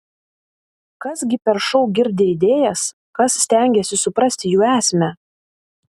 kas gi per šou girdi idėjas kas stengiasi suprasti jų esmę